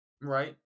right